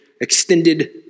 extended